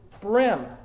brim